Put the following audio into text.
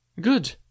Good